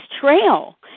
trail